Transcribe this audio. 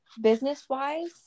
business-wise